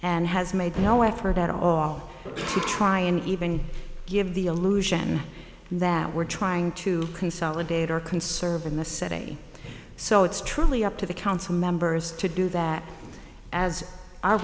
and has made no effort at all to try and even give the illusion that we're trying to consolidate or conserve in the city so it's truly up to the council members to do that as our